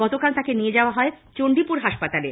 গতকাল তাকে নিয়ে যাওয়া হয় চণ্ডীপুর হাসপাতালে